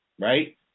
Right